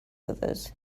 others